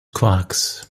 quarks